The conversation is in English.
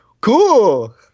cool